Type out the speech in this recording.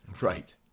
Right